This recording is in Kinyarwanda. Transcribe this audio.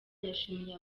yashimye